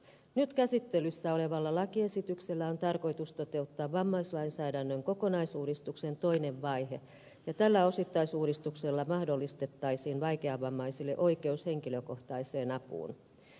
nyt käsittelyssä olevalla lakiesityksellä on tarkoitus toteuttaa vammaislainsäädännön kokonaisuudistuksen toinen vaihe ja tällä osittaisuudistuksella mahdollistettaisiin vaikeavammaisille oikeus henkilökohtaiseen apuun